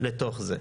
לתוך זה,